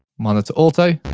monitor auto,